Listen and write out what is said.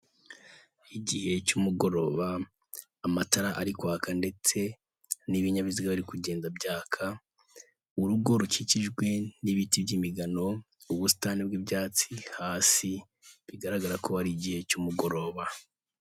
Ni igihe cy'umugoroba amatara ari kwaka ndetse n'ibinyabiziga biri kugenda byaka urugo rukikijwe n'ibiti, by'imigano ubusitani bw'ibyatsi hasi bigaragara ko ari igihe cy'umugoroba.